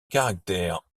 caractère